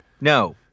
No